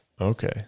Okay